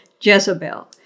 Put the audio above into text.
Jezebel